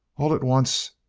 all at once,